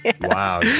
wow